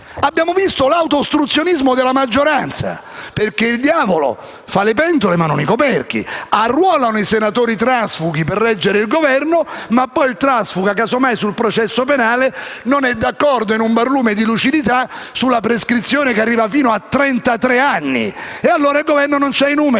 Abbiamo visto l'auto-ostruzionismo della maggioranza, perché il diavolo fa le pentole ma non i coperchi: arruolano i senatori transfughi per reggere il Governo ma poi il transfuga, casomai sul processo penale, non è d'accordo - in un barlume di lucidità - sulla prescrizione che arriva fino a trentatré anni e allora il Governo non ha i numeri